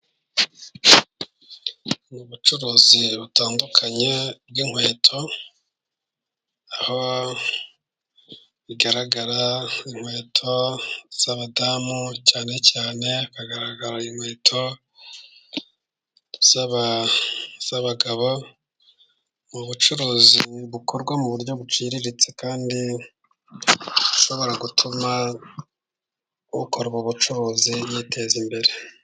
Mu bucuruzi butandukanye bw'inkweto, aho bigaragara inkweto z'abadamu cyane cyane hagaragara inkweto z'abagabo, mu bucuruzi bukorwa mu buryo buciriritse kandi bushobora gutuma ukora ubu bucuruzi yiteza imbere.